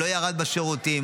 לא ירד בשירותים,